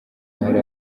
yari